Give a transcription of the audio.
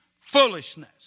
foolishness